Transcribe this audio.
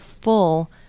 full